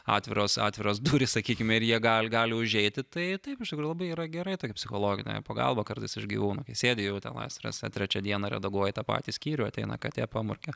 atviros atviros durys sakykime ir jie gal gali užeiti tai taip iš tikrųjų yra gerai tokia psichologinė pagalba kartais iš gyvūnų kai sėdi jau tenais trečią dieną redaguoji tą patį skyrių ateina katė pamurkia